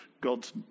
God's